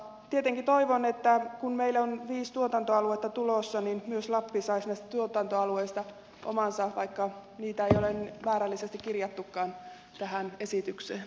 tietenkin toivon että kun meille on viisi tuotantoaluetta tulossa niin myös lappi saisi näistä tuotantoalueista omansa vaikka niitä ei ole määrällisesti kirjattukaan tähän esitykseen